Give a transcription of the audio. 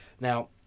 Now